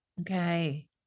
Okay